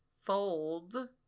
fold